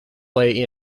lay